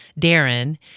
Darren